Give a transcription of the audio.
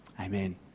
Amen